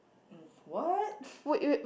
mm what